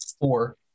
Four